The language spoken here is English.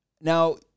now